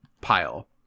pile